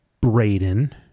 Braden